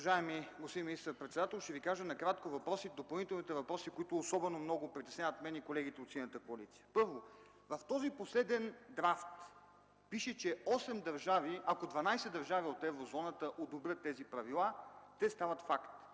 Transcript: Уважаеми господин министър-председател, ще Ви кажа накратко допълнителните въпроси, които особено много притесняват мен и колегите ми от Синята коалиция. Първо, в този последен драфт пише, че ако 12 държави от Еврозоната одобрят тези правила, те стават факт.